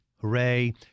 hooray